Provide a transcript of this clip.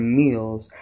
meals